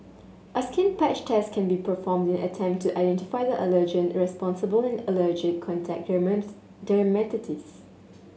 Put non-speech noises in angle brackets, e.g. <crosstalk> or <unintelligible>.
a skin patch test can be performed in an attempt to identify the allergen responsible in allergic contact <unintelligible> dermatitis